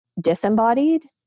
disembodied